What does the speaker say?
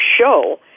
show